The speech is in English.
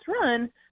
Run